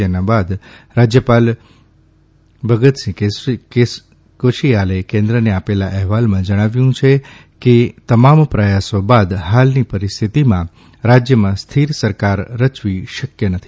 જેના બાદ રાજયપાલ ભગતસિંહ કેસરીએ કેન્દ્રને આપેલા અહેવાલમાં જણાવ્યું છે કે તમામ પ્રયાસો બાદ ફાલની પરિસ્થિતિમાં રાજયમાં સ્થિર સરકાર રચવી શકયન થી